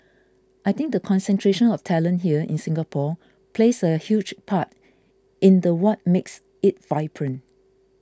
I think the concentration of talent here in Singapore plays a huge part in the what makes it vibrant